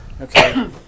Okay